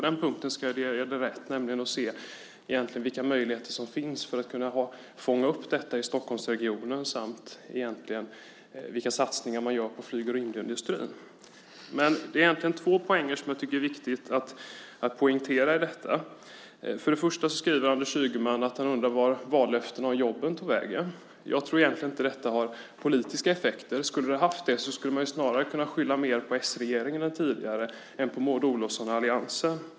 Jag ska ge dig rätt när det gäller att se vilka möjligheter som finns att fånga upp detta i Stockholmsregionen samt vilka satsningar man gör på flyg och rymdindustrin. Det är två saker som är viktiga att poängtera. Anders Ygeman skriver att han undrar vart vallöftena om jobben tog vägen. Jag tror inte att detta är politiska effekter. Skulle det ha varit det skulle man snarare kunna skylla på den tidigare s-regeringen än på Maud Olofsson och alliansen.